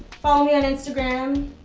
follow me on instagram!